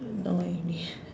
no idea